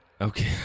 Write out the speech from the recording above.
Okay